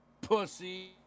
Pussy